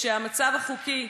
שהמצב החוקי